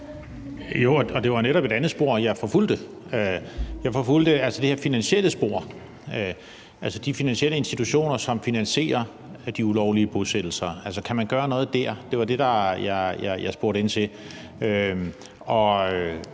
det var netop et andet spor, jeg forfulgte. Jeg forfulgte det finansielle spor, de finansielle institutioner, som finansierer de ulovlige bosættelser – altså kan man gøre noget der? Det var det, jeg spurgte ind til.